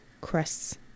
crests